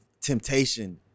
temptation